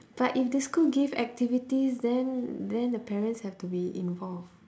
but if the school give activities then then the parents have to be involve